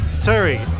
Terry